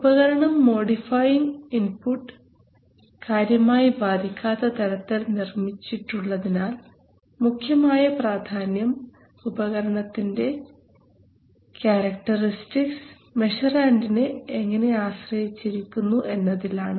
ഉപകരണം modifying input കാര്യമായി ബാധിക്കാത്ത തരത്തിൽ നിർമ്മിച്ചിട്ടുള്ളതായതിനാൽ മുഖ്യമായ പ്രാധാന്യം ഉപകരണത്തിന്റെ ക്യാരക്ടറിസ്റ്റിക്സ് മെഷറാൻഡിനെ എങ്ങനെ ആശ്രയിച്ചിരിക്കുന്നു എന്നതിലാണ്